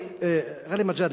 גאלב מג'אדלה,